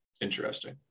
Interesting